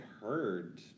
heard